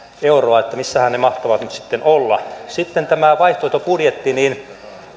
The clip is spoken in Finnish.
euroa missähän ne mahtavat nyt sitten olla sitten tämä vaihtoehtobudjetti